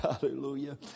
hallelujah